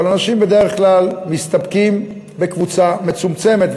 אבל אנשים בדרך כלל מסתפקים בקבוצה מצומצמת,